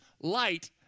Light